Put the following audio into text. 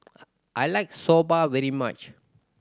I like Soba very much